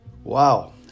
Wow